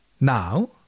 Now